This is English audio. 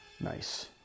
Nice